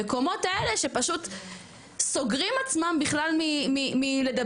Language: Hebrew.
המקומות האלה שפשוט סוגרים עצמם בכלל מלדבר,